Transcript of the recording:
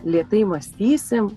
lėtai mąstysim